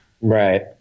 Right